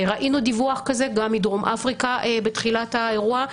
ראינו דיווח כזה גם מדרום אפריקה בתחילת האירוע,